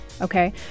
Okay